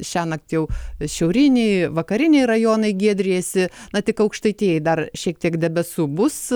šiąnakt jau šiauriniai vakariniai rajonai giedrijasi na tik aukštaitijoj dar šiek tiek debesų bus